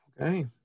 Okay